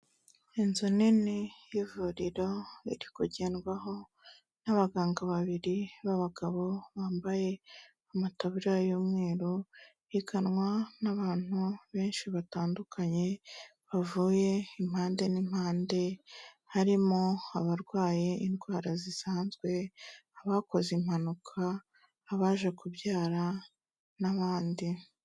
Inzu nini y'ivuriro iri kugendwaho n'abaganga babiri b'abagabo bambaye amataburiya y'umweru, iganwa n'abantu benshi batandukanye bavuye impande n'impande harimo abarwaye indwara zisanzwe, abakoze impanuka, abaje kubyara n'abandi.